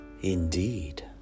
indeed